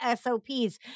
SOPs